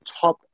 top